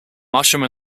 mushroom